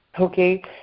okay